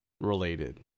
related